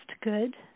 good